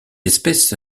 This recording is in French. espèce